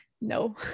No